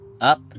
Up